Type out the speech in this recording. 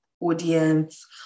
audience